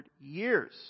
years